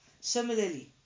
Similarly